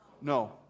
No